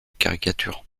caricatures